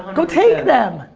go take them.